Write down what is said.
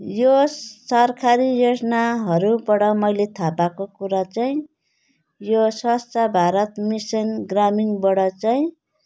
यो सरकारी योजनाहरूबाट मैले थाह पाएको कुरा चाहिँ यो स्वास्थ्य भारत मिसन ग्रामीणबाट चाहिँ